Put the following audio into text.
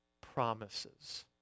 promises